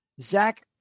Zach